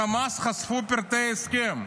לחמאס חשפו את פרטי ההסכם.